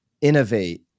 innovate